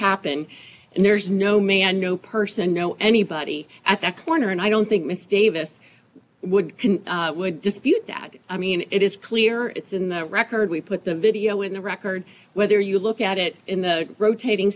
happened and there's no man no person no anybody at that corner and i don't think miss davis would would dispute that i mean it is clear it's in the record we put the video in the record whether you look at it in the rotating